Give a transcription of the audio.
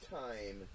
time